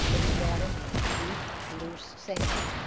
in nevada means deep, loose sand,